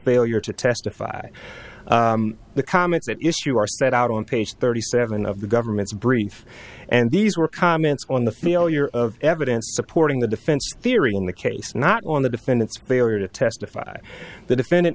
failure to testify the comments that issue are set out on page thirty seven of the government's brief and these were comments on the failure of evidence supporting the defense theory in the case not on the defendants they are to testify the defendant